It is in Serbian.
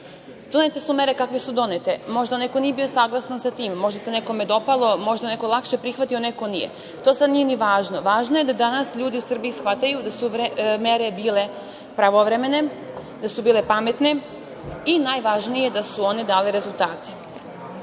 Donete su mere kakve su donete. Možda neko nije bio saglasan sa tim. Možda se nekome dopalo, možda je neko lakše prihvatio, neko nije. Ali, to sad nije ni važno. Važno je da danas ljudi u Srbiji shvataju da su mere bile pravovremene, da su bile pametne i najvažnije - da su one dale rezultate. Pokazali